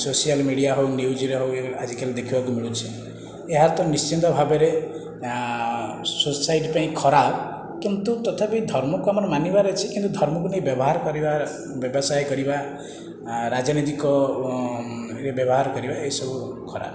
social media ହେଉ ନିଉଜ୍ରେ ହେଉ ଆଜିକାଲି ଦେଖିବାକୁ ମିଳୁଛି ଏହାର ତ ନିଶ୍ଚିନ୍ତ ଭାବରେ ସୋସାଇଟି ପାଇଁ ଖରାପ କିନ୍ତୁ ତଥାପି ଧର୍ମକୁ ଆମର ମାନିବାର ଅଛି କିନ୍ତୁ ଧର୍ମକୁ ନେଇ ବ୍ୟବହାର କରିବା ବ୍ୟବସାୟ କରିବା ରାଜନୀତିକ ରେ ବ୍ୟବହାର କରିବା ଏସବୁ ଖରାପ